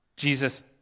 Jesus